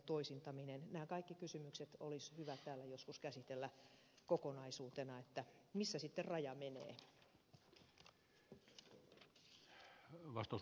nämä kaikki kysymykset olisi hyvä täällä joskus käsitellä kokonaisuutena missä sitten raja menee